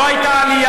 לא הייתה עלייה,